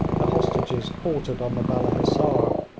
the hostages quartered on the balla hissar.